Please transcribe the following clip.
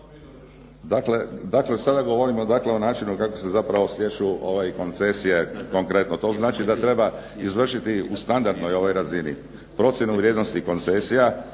Dakle, sada govorimo dakle o načinu kako se zapravo stječu koncesije konkretno. To znači da treba izvršiti u standardnoj ovoj razini, procjenu vrijednosti koncesija,